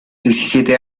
diecisiete